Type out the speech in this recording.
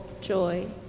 joy